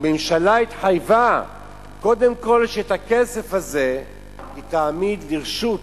הממשלה התחייבה קודם כול שאת הכסף הזה היא תעמיד לרשות